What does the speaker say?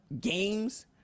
games